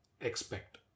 expect